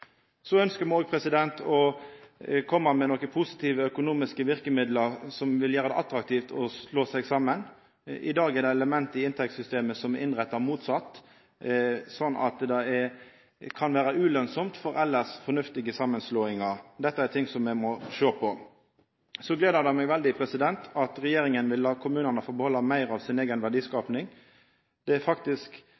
Så ynskjer me òg å koma med nokre positive økonomiske verkemidlar som vil gjera det attraktivt å slå seg saman. I dag er det element i inntektssystemet som er innretta motsett, slik at det kan vera ulønsamt med elles fornuftige samanslåingar. Dette er ting me må sjå på. Så gleder det meg veldig at regjeringa vil la kommunane få behalda meir av